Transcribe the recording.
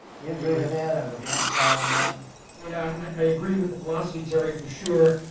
yeah i agree with that. i would amplify on that. yeah i agree with the philosophy terry. for sure